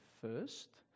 first